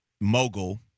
mogul